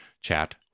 chat